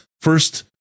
first